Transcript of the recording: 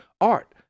art